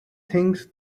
things